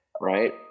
Right